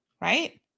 right